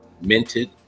minted